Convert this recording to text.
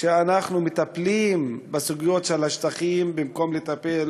שאנחנו מטפלים בסוגיות של השטחים במקום לטפל